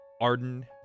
Arden